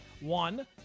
One